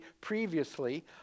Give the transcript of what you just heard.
previously